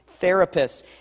therapists